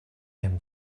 him